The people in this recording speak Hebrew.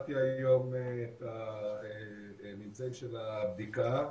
שמעתי היום את הממצאים של הבדיקה.